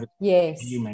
yes